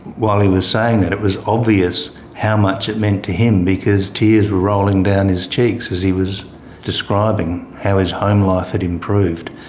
while he was saying that it was obvious how much it meant to him because tears were rolling down his cheeks as he was describing how his home life had improved.